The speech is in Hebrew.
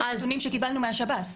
יש נתונים שקיבלנו מהשב"ס.